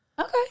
Okay